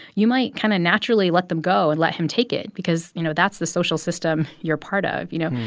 you might kind of naturally let them go and let him take it because, you know, that's the social system you're part of. you know?